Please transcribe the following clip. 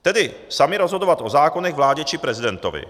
Tedy sami rozhodovat o zákonech, vládě či prezidentovi.